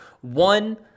One